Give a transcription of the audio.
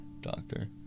doctor